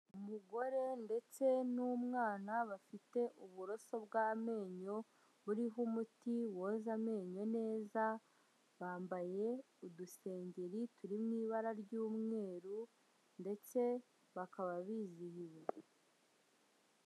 Umugore ndetse n'umwana bafite uburoso bw'amenyo, buriho umuti woza amenyo neza, bambaye udusengeri turi mu ibara ry'umweru ndetse bakaba bizihiwe.